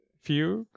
Fugue